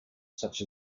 such